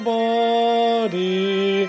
body